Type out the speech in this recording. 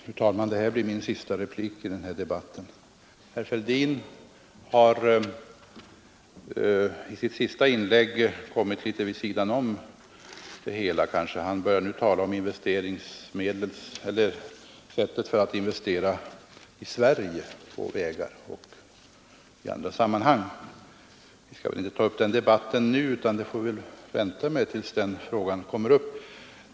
Fru talman! Det här blir min sista replik i debatten. Herr Fälldin har i sitt senaste inlägg kommit litet vid sidan om det hela. Han börjar nu tala om sättet för att investera i Sverige på vägar och i andra sammanhang. Vi skall väl inte ta upp den debatten nu, det får vi vänta med tills den frågan kommer upp.